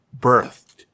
birthed